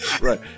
Right